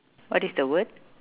what is the word